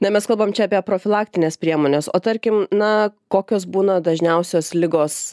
na mes kalbam čia apie profilaktines priemones o tarkim na kokios būna dažniausios ligos